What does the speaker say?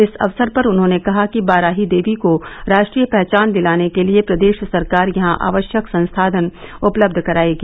इस अवसर पर उन्होंने कहा कि बाराही देवी को राष्ट्रीय पहचान दिलाने के लिए प्रदेश सरकार यहां आवश्यक संसाधन उपलब्ध कराएगी